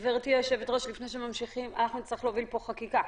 גברתי היושבת-ראש, נצטרך להוביל פה חקיקה